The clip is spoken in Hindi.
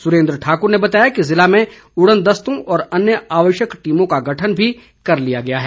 सुरेन्द्र ठाकुर ने बताया कि जिले में उड़न दस्तों और अन्य आवश्यक टीमों का गठन भी कर लिया गया है